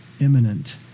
imminent